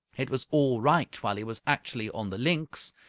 it was all right while he was actually on the linx,